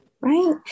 right